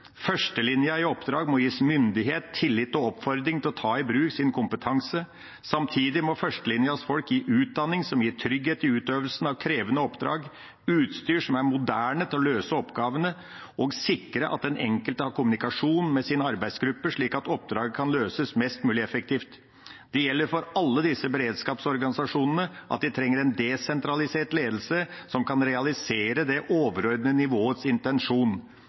Førstelinja i oppdrag må gis myndighet, tillit og oppfordring til å ta i bruk sin kompetanse. Samtidig må førstelinjas folk gis utdanning som gir trygghet i utøvelsen av krevende oppdrag, utstyr som er moderne til å løse oppgavene og sikre at den enkelte har kommunikasjon med sin arbeidsgruppe slik at oppdraget kan løses mest mulig effektivt. Det gjelder for alle disse beredskapsorganisasjonene at de trenger en desentralisert ledelse som kan realisere det overordnede nivået sin intensjon.»